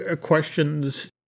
questions